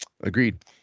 agreed